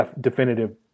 definitive